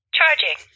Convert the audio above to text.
Charging